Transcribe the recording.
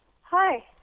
Hi